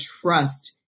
trust